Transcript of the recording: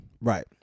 Right